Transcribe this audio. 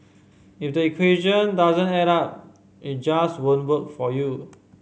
if the equation doesn't add up it just won't work for you